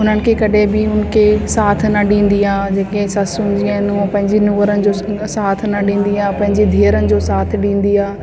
हुननि खे कॾहिं बि हुननि खे साथ न ॾींदी आहे जेके ससूं जीअं आहिनि उहे पंहिंजी नूंहरुनि जो साथ न ॾींदी आहे पंहिंजी धीअरुनि जो साथ ॾींदी आहे